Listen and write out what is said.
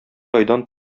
айдан